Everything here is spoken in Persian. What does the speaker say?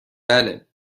بله